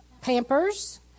pampers